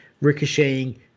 ricocheting